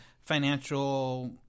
financial